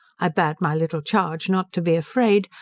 i bade my little charge not to be afraid,